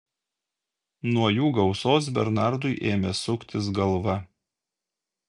nuo jų gausos bernardui ėmė suktis galva